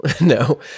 No